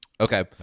Okay